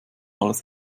alles